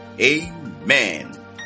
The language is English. amen